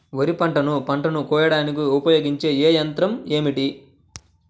వరిపంటను పంటను కోయడానికి ఉపయోగించే ఏ యంత్రం ఏమిటి?